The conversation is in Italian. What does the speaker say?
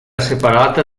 separata